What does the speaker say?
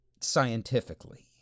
scientifically